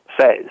says